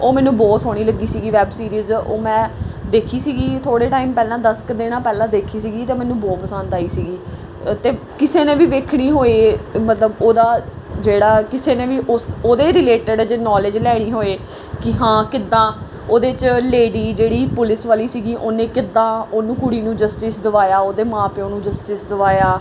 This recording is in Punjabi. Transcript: ਉਹ ਮੈਨੂੰ ਬਹੁਤ ਸੋਹਣੀ ਲੱਗੀ ਸੀਗੀ ਵੈਬ ਸੀਰੀਜ਼ ਉਹ ਮੈਂ ਦੇਖੀ ਸੀਗੀ ਥੋੜ੍ਹੇ ਟਾਈਮ ਪਹਿਲਾਂ ਦਸ ਕੁ ਦਿਨਾਂ ਪਹਿਲਾਂ ਦੇਖੀ ਸੀਗੀ ਅਤੇ ਮੈਨੂੰ ਬਹੁਤ ਪਸੰਦ ਆਈ ਸੀਗੀ ਅਤੇ ਕਿਸੇ ਨੇ ਵੀ ਵੇਖਣੀ ਹੋਏ ਮਤਲਬ ਉਹਦਾ ਜਿਹੜਾ ਕਿਸੇ ਨੇ ਵੀ ਉਸ ਉਹਦੇ ਰਿਲੇਟਡ ਜੇ ਨੋਲੇਜ ਲੈਣੀ ਹੋਏ ਕਿ ਹਾਂ ਕਿੱਦਾਂ ਉਹਦੇ 'ਚ ਲੇਡੀ ਜਿਹੜੀ ਪੁਲਿਸ ਵਾਲੀ ਸੀਗੀ ਉਹਨੇ ਕਿੱਦਾਂ ਉਹਨੂੰ ਕੁੜੀ ਨੂੰ ਜਸਟਿਸ ਦਵਾਇਆ ਉਹਦੇ ਮਾਂ ਪਿਓ ਨੂੰ ਜਸਟਿਸ ਦਵਾਇਆ